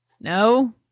no